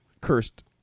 Cursed